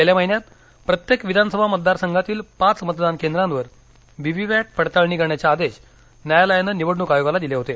गेल्या महिन्यात प्रत्येक विधानसभा मतदार संघातील पाच मतदान केंद्रांवर व्हीव्हीपॅट पडताळणी करण्याचे आदेश न्यायालयानं निवडणूक आयोगाला दिले होते